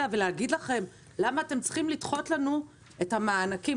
ולהגיד לכם למה אתם צריכים לדחות לנו את המענקים.